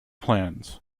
plans